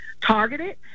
targeted